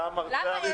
יצא המרצע מן